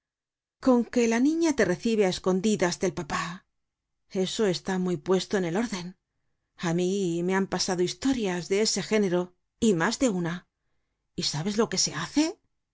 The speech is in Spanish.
con que la niña te recibe á escondidas del papá eso está muy puesto en el orden a mí me han pasado historias de ese géne ro y mas de una y sabes lo que se hace